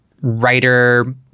writer